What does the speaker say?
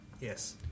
yes